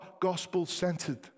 gospel-centered